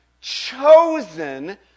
chosen